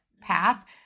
path